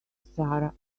sarah